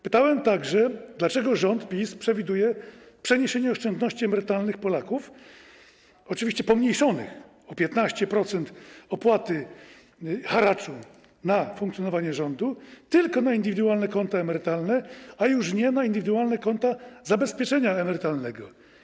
Pytałem także, dlaczego rząd PiS przewiduje przeniesienie oszczędności emerytalnych Polaków, oczywiście pomniejszonych o haracz, o 15-procentową opłatę na funkcjonowanie rządu, tylko na indywidualne konta emerytalne, a już nie na indywidualne konta zabezpieczenia emerytalnego.